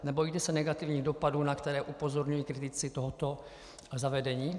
Nebojíte se negativních dopadů, na které upozorňují kritici tohoto zavedení?